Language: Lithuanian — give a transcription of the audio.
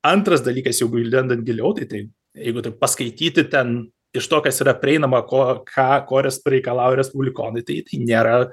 antras dalykas jeigu lendant giliau tai tai jeigu taip paskaityti ten iš to kas yra prieinama ko ką ko resp reikalauja respublikonai tai nėra